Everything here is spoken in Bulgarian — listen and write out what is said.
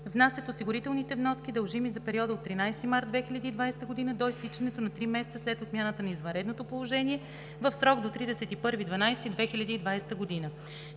внасят осигурителните вноски, дължими за периода от 13 март 2020 г. до изтичането на три месеца след отмяната на извънредното положение, в срок до 31.12.2020 г.